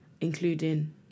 including